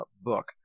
book